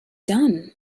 done